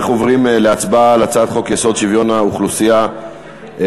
אנחנו עוברים להצבעה על הצעת חוק-יסוד: שוויון האוכלוסייה הערבית.